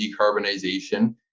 decarbonization